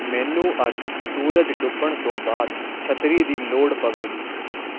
ਮੈਨੂੰ ਅੱਜ ਸੂਰਜ ਡੁੱਬਣ ਤੋਂ ਬਾਅਦ ਛਤਰੀ ਦੀ ਲੋੜ ਪਵੇਗੀ